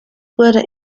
wurde